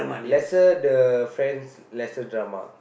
lesser the friends lesser drama